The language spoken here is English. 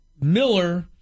Miller